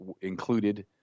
included—